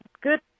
good